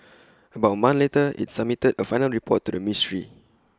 about A month later IT submitted A final report to the ministry